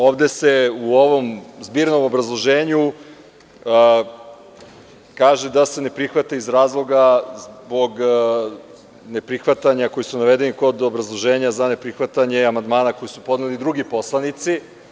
Ovde se u ovom zbirnom obrazloženju kaže da se ne prihvata iz razloga zbog neprihvatanja koji su navedeni kod obrazloženja za neprihvatanje amandmana koje su podneli drugi poslanici.